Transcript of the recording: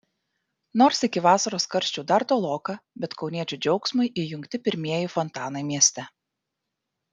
nors iki vasaros karščių dar toloka bet kauniečių džiaugsmui įjungti pirmieji fontanai mieste